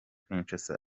kinshasa